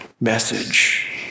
message